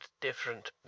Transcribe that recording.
different